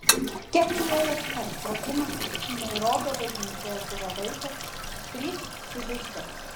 kenijoje per sprogimą nairobio bažnyčioje žuvo vaikas trys sužeisti